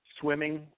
swimming